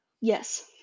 Yes